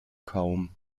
kaum